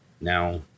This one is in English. now